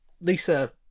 Lisa